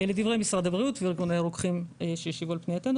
לדברי משרד הבריאות וארגוני הרוקחים שהשיבו על פנייתנו,